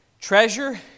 Treasure